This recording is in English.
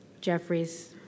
Jeffries